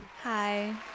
Hi